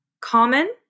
common